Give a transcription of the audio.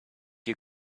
you